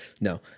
No